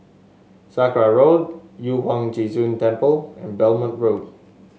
Sakra Road Yu Huang Zhi Zun Temple and Belmont Road